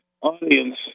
audience